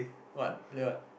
what play what